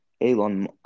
Elon